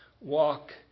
walk